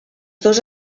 dos